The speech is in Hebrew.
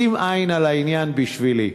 שים עין על העניין בשבילי.